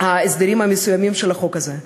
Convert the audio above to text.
ההסדרים המסוימים של החוק הזה.